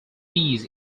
fees